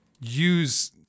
use